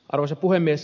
arvoisa puhemies